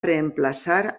reemplaçar